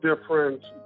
different